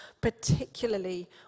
particularly